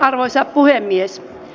arvoisa puhemies